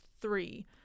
three